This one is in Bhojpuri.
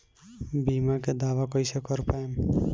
बीमा के दावा कईसे कर पाएम?